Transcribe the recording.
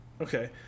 Okay